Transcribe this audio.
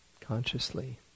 consciously